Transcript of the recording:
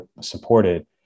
supported